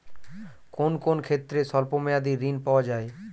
কোন কোন ক্ষেত্রে স্বল্প মেয়াদি ঋণ পাওয়া যায়?